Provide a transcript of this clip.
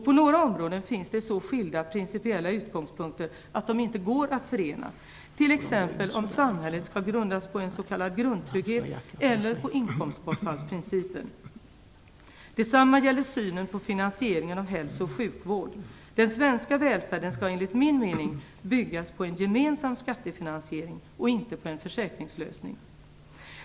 På några områden finns det så skilda principiella utgångspunkter att de inte går att förena, t.ex. om samhället skall grundas på en s.k. grundtrygghet eller på inkomstbortfallsprincipen. Detsamma gäller synen på finansieringen av hälsooch sjukvården. Den svenska välfärden skall enligt min mening byggas på en gemensam skattefinansiering och inte på en försäkringslösning.